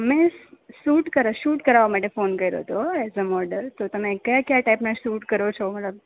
મેં શૂટ કરવા શૂટ કરવા માટે ફોન કર્યો હતો એઝ અ મોડલ તો તમે કયા કયા ટાઈપના શુટ કરો છો મતલબ